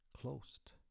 closed